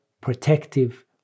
protective